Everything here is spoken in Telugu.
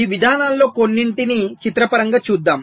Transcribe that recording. ఈ విధానాలలో కొన్నింటిని చిత్రపరంగా చూద్దాం